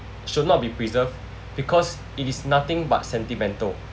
should not be preserved because it is nothing but sentimental